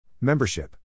Membership